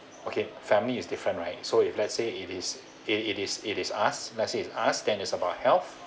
okay family is different right so if let's say it is it is it is us let say is us then it's about health